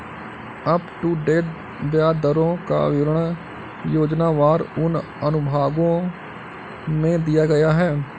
up to date ब्याज दरों का विवरण योजनावार उन अनुभागों में दिया गया है